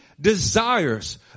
desires